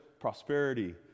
prosperity